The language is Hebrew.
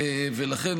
לכן,